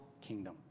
kingdom